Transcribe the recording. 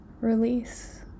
release